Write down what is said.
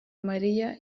mariya